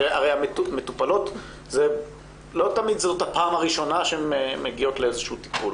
הרי לא תמיד זאת הפעם הראשונה שהמטופלות מגיעות לאיזשהו טיפול.